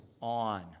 on